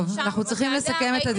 טוב, אנחנו צריכים לסכם את הדיון.